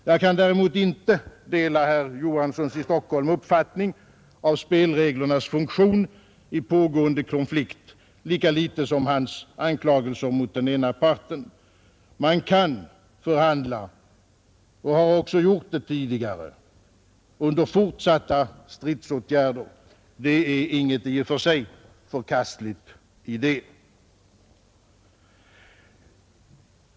Jag kan däremot inte dela herr Johanssons i Stockholm uppfattning om spelreglernas funktion i pågående konflikt, lika litet som hans anklagelser mot den ena parten. Man kan förhandla och har också gjort det tidigare under fortsatta stridsåtgärder. Det är i och för sig inget förkastligt i det.